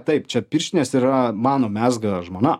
taip čia pirštinės yra mano mezga žmona